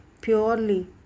purely